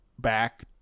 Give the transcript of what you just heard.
back